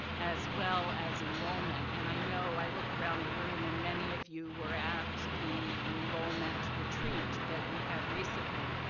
as well as enrollment. and, i know i look around the room and many of you were at the enrollment retreat that we had recently.